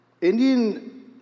Indian